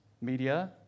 Media